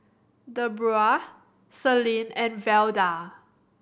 Debroah Celine and Velda